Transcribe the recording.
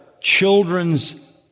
children's